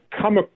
come